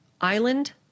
Island